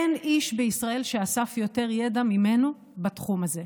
אין איש בישראל שאסף יותר ידע ממנו בתחום הזה.